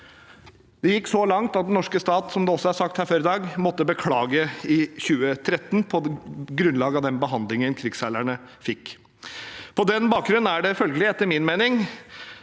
Det gikk så langt at den norske stat, som det også er sagt her før i dag, måtte beklage i 2013 på grunn av den behandlingen krigsseilerne fikk. På den bakgrunn skulle det følgelig, etter min mening,